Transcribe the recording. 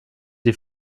die